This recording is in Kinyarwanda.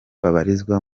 babarizwa